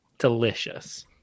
delicious